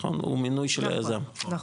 נכון?